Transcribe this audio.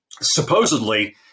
Supposedly